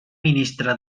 ministre